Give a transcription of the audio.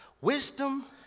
Wisdom